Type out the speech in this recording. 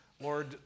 Lord